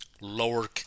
lower